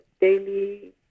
daily